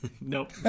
Nope